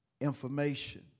information